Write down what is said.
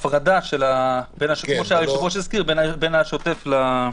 ההפרדה, כמו שהיושב-ראש הזכיר, בין השוטף לפיתוח.